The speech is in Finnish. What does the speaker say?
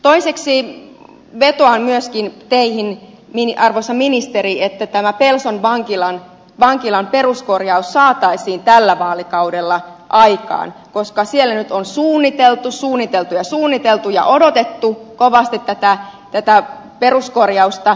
toiseksi vetoan myöskin teihin arvoisa ministeri että tämä pelson vankilan peruskorjaus saataisiin tällä vaalikaudella aikaan koska siellä nyt on suunniteltu suunniteltu ja suunniteltu ja odotettu kovasti tätä peruskorjausta